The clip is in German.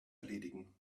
erledigen